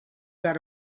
got